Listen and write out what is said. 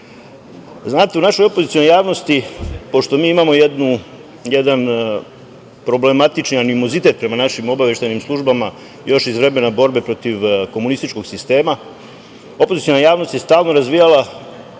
u našoj opozicionoj javnosti, pošto mi imamo jedan problematičan animozitet prema našim obaveštajnim službama još iz vremena borbe protiv komunističkog sistema, opoziciona javnost je stalno razvijala